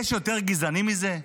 יש יותר גזעני מזה?